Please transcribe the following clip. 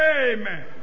Amen